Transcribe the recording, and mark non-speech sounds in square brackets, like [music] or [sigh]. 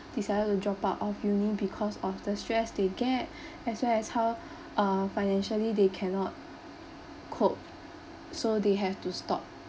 decided to dropout of uni because of the stress they get [breath] as well as how uh financially they cannot cope so they have to stop